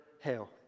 hell